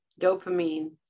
dopamine